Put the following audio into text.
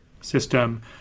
system